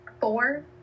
four